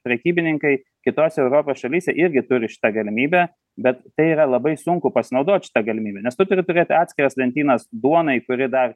prekybininkai kitose europos šalyse irgi turi šitą galimybę bet tai yra labai sunku pasinaudot šita galimybe nes tu turi turėti atskiras lentynas duonai kuri dar